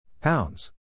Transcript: Pounds